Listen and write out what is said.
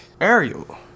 Ariel